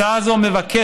הצעה זו מבקשת